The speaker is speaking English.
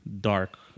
dark